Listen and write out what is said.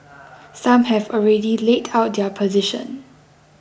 some have already laid out their position